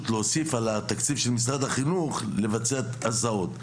כדי להוסיף על התקציב של משרד החינוך כדי לבצע הסעות.